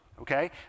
okay